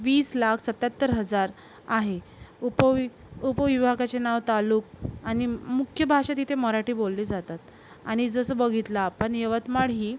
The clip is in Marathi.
वीस लाख सत्त्याहत्तर हजार आहे उपवि उपविभागाचे नाव तालुक आणि म् मुख्य भाषा तिथे मराठी बोलली जातात आणि जसं बघितलं आपण यवतमाळ ही